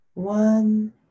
One